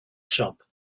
chump